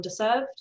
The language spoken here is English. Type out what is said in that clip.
underserved